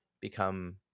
become